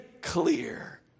clear